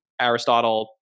Aristotle